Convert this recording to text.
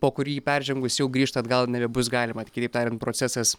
po kurį peržengusi jau grįžt atgal nebebus galima kitaip tariant procesas